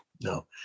No